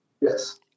Yes